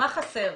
מה חסר?